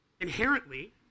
inherently